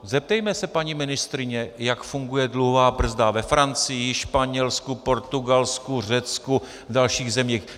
Zeptejme se paní ministryně, jak funguje dluhová brzda ve Francii, Španělsku, Portugalsku, Řecku a dalších zemích.